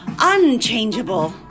unchangeable